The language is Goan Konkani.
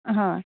हय